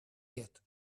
yet